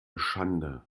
schande